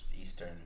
eastern